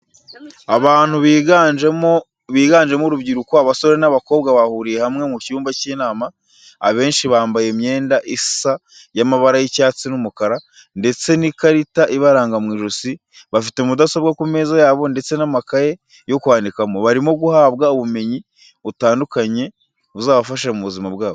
Abantu biganjemo urubyiruko abasore n'abakobwa bahuriye hamwe mu cyumba cy'inama, abenshi bambaye imyenda isa y'amabara y'icyatsi n'umukara ndetse n'ikarita ibaranga mu ijosi bafite mudasobwa ku meza yabo ndetse n'amakaye yo kwandikamo, barimo guhabwa ubumenyi butandukanye buzabafasha mu buzima bwabo.